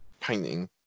painting